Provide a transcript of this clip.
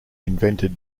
invented